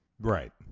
Right